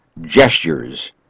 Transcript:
gestures